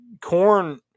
corn